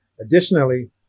Additionally